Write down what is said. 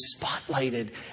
spotlighted